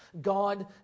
God